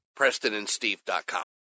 PrestonandSteve.com